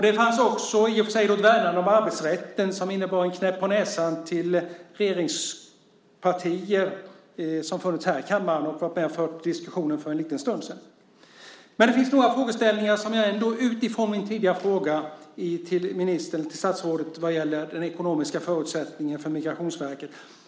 Det fanns också uttryck för ett värnande om arbetsrätten, vilket innebar en knäpp på näsan till regeringspartier vars representanter varit med och fört diskussionen för en liten stund sedan här i kammaren. Det finns ändå några frågeställningar som jag vill ta upp, utifrån min tidigare fråga till statsrådet, som gäller de ekonomiska förutsättningarna för Migrationsverket.